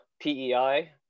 PEI